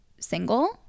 single